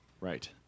Right